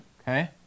Okay